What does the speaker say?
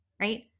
right